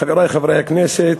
חברי חברי הכנסת,